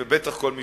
ובטח כל מי